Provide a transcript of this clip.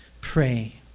Pray